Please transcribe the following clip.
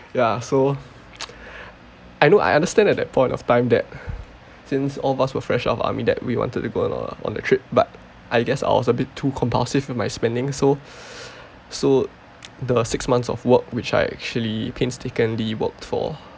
ya so I know I understand at that point of time that since all of us were fresh out of army that we wanted to go on a on a trip but I guess I was a bit too compulsive with my spending so so the six months of work which I actually painstakingly worked for